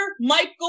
Michael